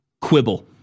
quibble